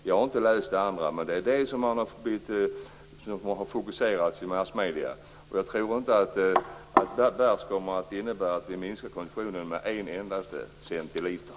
Jag har inte läst det, men det är det som man har fokuserat i massmedierna. Jag tror inte att frånvaron av ordet "bärs" kommer att innebära att vi minskar konsumtionen med en endaste centiliter.